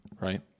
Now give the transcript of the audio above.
Right